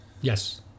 yes